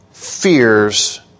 fears